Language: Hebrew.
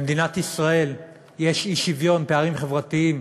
במדינת ישראל יש אי-שוויון, פערים חברתיים